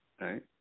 Right